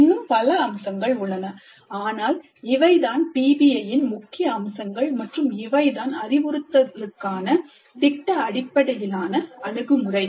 இன்னும் பல அம்சங்கள் உள்ளன ஆனால் இவைதான் PBI முக்கிய அம்சங்கள் மற்றும் இவைதான் அறிவுறுத்தலுக்கான திட்ட அடிப்படையிலான அணுகுமுறை